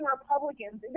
Republicans